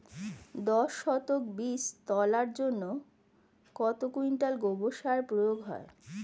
দশ শতক বীজ তলার জন্য কত কুইন্টাল গোবর সার প্রয়োগ হয়?